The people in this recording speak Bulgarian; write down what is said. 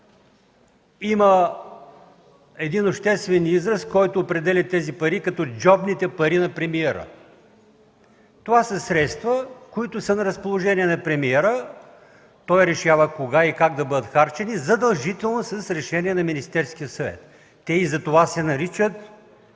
има един обществен израз, който ги определя като „джобните пари на премиера”. Това са средства, които са на разположение на премиера. Той решава кога и как да бъдат харчени, задължително с решение на Министерския съвет, затова се наричат,